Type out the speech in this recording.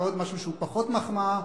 ועוד משהו שהוא פחות מחמאה,